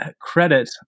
credit